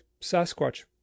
Sasquatch